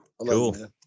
Cool